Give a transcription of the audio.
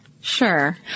Sure